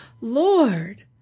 Lord